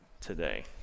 today